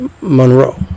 Monroe